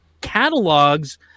catalogs